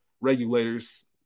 regulators